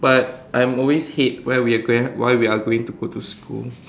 but I'm always hate why we are grow why we are going to go to school